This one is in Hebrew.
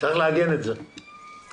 צריך לפני שהתחילה הקורונה, בינואר-פברואר.